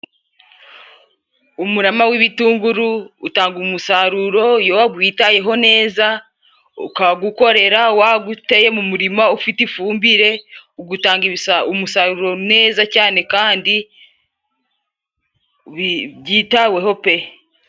Umurama w'ibitunguru utanga umusaruro. Iyo wagwitayeho neza, ukagukorera waguteye mu murima ufite ifumbire. ugatanga umusaruro neza cyane kandi byitaweho pe.